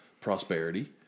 prosperity